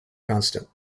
constant